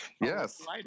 Yes